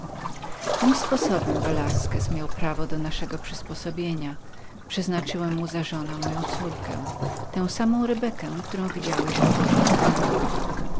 tym sposobem velasquez miał prawo do naszego przysposobienia przeznaczałem mu za żonę moją córkę tę samą rebekę którą widziałeś w